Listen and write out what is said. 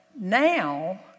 now